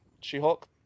She-Hulk